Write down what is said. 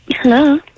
Hello